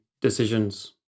decisions